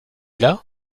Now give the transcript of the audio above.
l’a